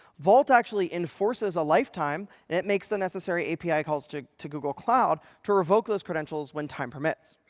vault actually enforces a lifetime, and it makes the necessary api calls to to google cloud to revoke those credentials when time permits.